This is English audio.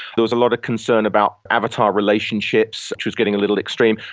there was a lot of concern about avatar relationships, which was getting a little extreme.